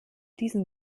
diesen